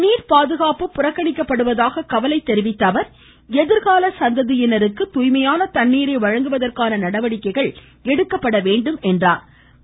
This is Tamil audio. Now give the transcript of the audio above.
நீர்பாதுகாப்பு புறக்கணிக்கப்படுவதாக கவலை தெரிவித்த அவர் எதிர்கால சந்ததியினருக்கு துாய்மையான தண்ணீரை வழங்குவதற்கான நடவடிக்கைகள் எடுக்கப்பட வேண்டும் என்றார்